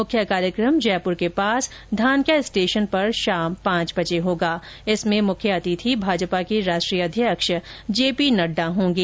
मुख्य कार्यक्रम जयपुर के पास धानक्या स्टेशन पर शाम पांच बजे होगा जिसमें मुख्य अतिथि भाजपा के राष्ट्रीय अध्यक्ष जेपी नड्डा होगें